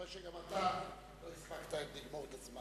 אתה רואה שגם אתה לא הספקת לגמור את הזמן.